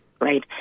right